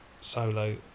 solo